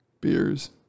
Beers